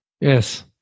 Yes